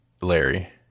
Larry